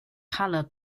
colour